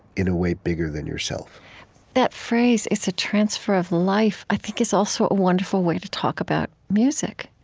in a way, bigger than yourself that phrase, it's a transfer of life, i think it's also a wonderful way to talk about music,